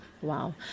Wow